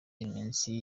iminsi